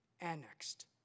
annexed